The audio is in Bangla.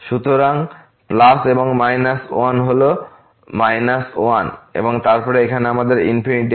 সুতরাং প্লাস এবং মাইনাস ওয়ান হল মাইনাস ওয়ান এবং তারপর এখানে আমাদের ইনফিনিটি আছে